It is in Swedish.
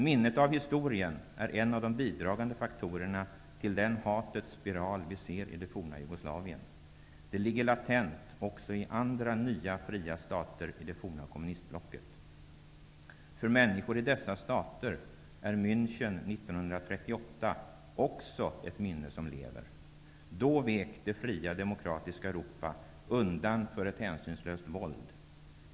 Minnet av historien är en av de bidragande faktorerna till den hatets spiral vi ser i det forna Jugoslavien. Det ligger latent också i andra nya, fria stater i det forna kommunistblocket. För människor i dessa stater är München 1938 också ett minne som lever. Då vek det fria, demokratiska Europa undan för ett hänsynslöst våld.